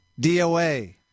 DOA